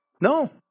No